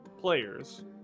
players